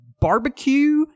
barbecue